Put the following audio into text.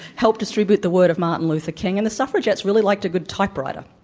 helped distribute the word of martin luther king. and the suffragettes really liked a good typewriter.